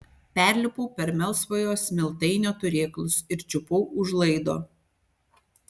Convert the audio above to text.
perlipau per melsvojo smiltainio turėklus ir čiupau už laido